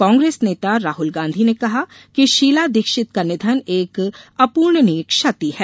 कांग्रेस नेता राहुल गांधी ने कहा है कि शीला दीक्षित का निधन एक अपूर्णनीय क्षति है